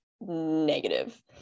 negative